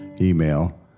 email